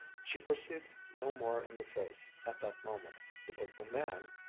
she perceived no more in the face at that moment, because the man,